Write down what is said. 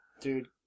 Dude